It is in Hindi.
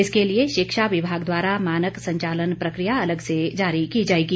इसके लिए शिक्षा विभाग द्वारा मानक संचालन प्रक्रिया अलग से जारी की जाएगी